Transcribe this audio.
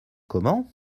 comment